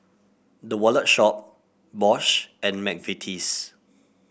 The Wallet Shop Bosch and McVitie's